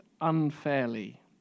unfairly